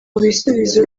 bisubizo